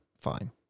fine